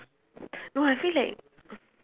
no I feel like